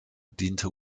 diente